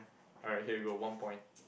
alright here you go one point